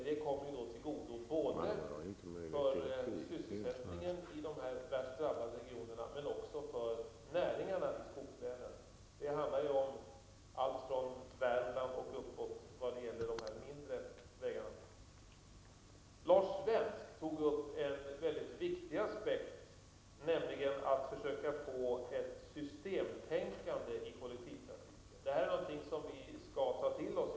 Det kommer både sysselsättningen i de värst drabbade regionerna och näringarna i skogslänen till godo. Det handlar om de mindre vägarna från Värmland och uppåt. Lars Svensk tog upp en mycket viktig aspekt, nämligen att försöka få ett systemtänkande i kollektivtrafiken. Detta är något som vi skall ta till oss.